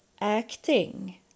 acting